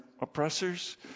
oppressors